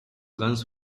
guns